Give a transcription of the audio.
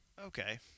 okay